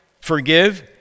forgive